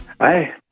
Hi